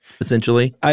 essentially